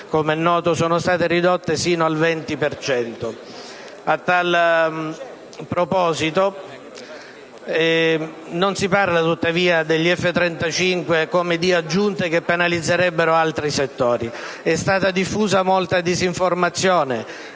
come è noto, sono state ridotte sino al 20 per cento. Non si parla tuttavia degli F-35 come di aggiunte che penalizzerebbero altri settori. È stata diffusa molta disinformazione,